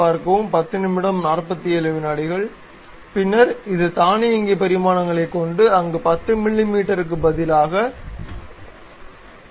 பின்னர் இது தானியங்கி பரிமாணங்களை கொண்டு அங்கு 10 மிமீ பதிலாக 0